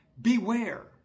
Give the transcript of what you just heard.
beware